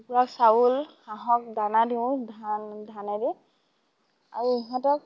কুকুৰাক চাউল হাঁহক দানা দিওঁ ধান ধানেদি আৰু ইহঁতক